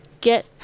get